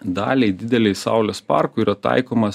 daliai didelei saulės parkų yra taikomas